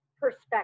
perspective